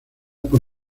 por